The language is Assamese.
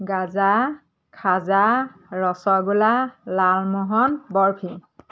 গাজা খাজা ৰচগোলা লালমোহন বৰফি